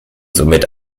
somit